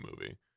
movie